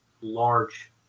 large